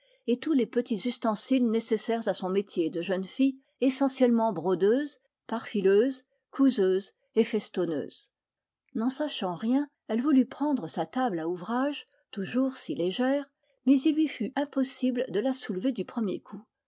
et tous les petits ustensiles nécessaires à son métier de jeune fille essentiellement brodeuse parfileuse couseuse et festonneuse n'en sachant rien elle voulut prendre sa table à ouvrage toujours si légère mais il lui fut impossible de la soulever du premier coup